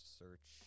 search